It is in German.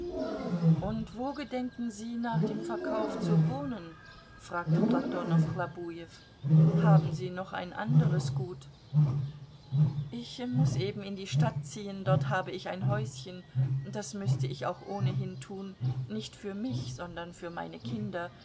und wo gedenken sie nach dem verkauf zu wohnen fragte platonow chlobujew haben sie noch ein anderes gut ich muß eben in die stadt ziehen dort habe ich ein häuschen das müßte ich auch ohnehin tun nicht für mich sondern für meine kinder